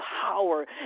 power